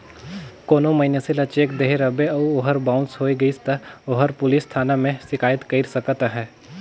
कोनो मइनसे ल चेक देहे रहबे अउ ओहर बाउंस होए गइस ता ओहर पुलिस थाना में सिकाइत कइर सकत अहे